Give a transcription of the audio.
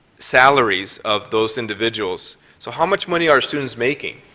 salaries of those individuals, so how much money are students making?